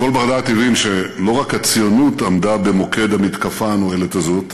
כל בר-דעת הבין שלא רק הציונות עמדה במוקד המתקפה הנואלת הזאת,